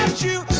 to